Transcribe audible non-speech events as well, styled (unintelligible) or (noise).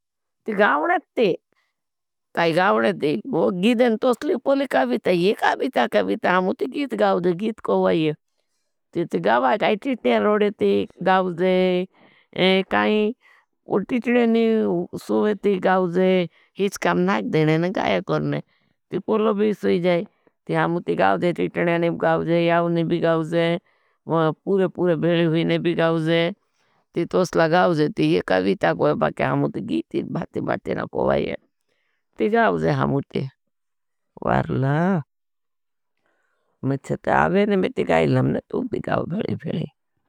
ती गावने थे, काई गावने थे, गीदन तोसली पोले कविता, ये कविता कविता, हमों ती गीद गावजे, गीद को वाई है। ती गावने थे, काई गावने थे। ती गावने थे, काई गावने थे, गीदन तोसली पोले कविता, ये कविता कविता, हमों ती गीद गावजे, गीद को वाई है। ती गावने थे, काई गावने थे। (unintelligible) हम ने तू दिगावने फ़िले।